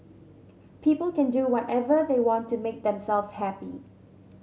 people can do whatever they want to make themselves happy